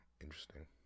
interesting